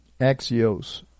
Axios